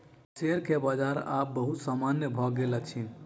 share के व्यापार आब बहुत सामान्य भ गेल अछि